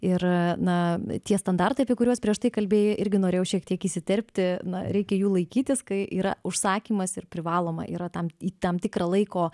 ir na tie standartai apie kuriuos prieš tai kalbėjai irgi norėjau šiek tiek įsiterpti na reikia jų laikytis kai yra užsakymas ir privaloma yra tam į tam tikrą laiko